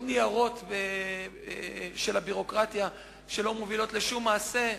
ניירות של ביורוקרטיה שלא מובילים לשום מעשה,